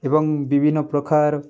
ଏବଂ ବିଭିନ୍ନ ପ୍ରକାର